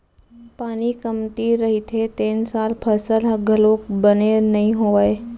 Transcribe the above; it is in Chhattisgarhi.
पानी कमती रहिथे तेन साल फसल ह घलोक बने नइ होवय